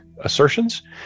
assertions